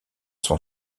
son